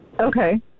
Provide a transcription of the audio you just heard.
Okay